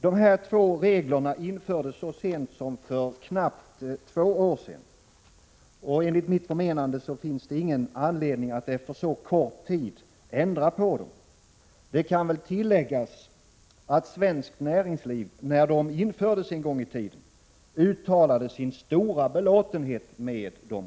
Dessa båda regler infördes så sent som för två år sedan. Enligt mitt förmenande finns det ingen anledning att efter så kort tid ändra på dem. Det kan tilläggas att det svenska näringslivet, när dessa regler en gång i tiden infördes, uttalade sin stora belåtenhet med dem.